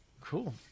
Cool